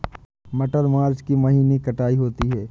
मटर मार्च के महीने कटाई होती है?